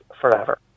forever